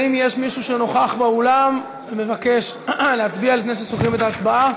האם יש מישהו שנוכח באולם ומבקש להצביע לפני שסוגרים את ההצבעה?